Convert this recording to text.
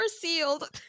sealed